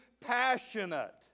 passionate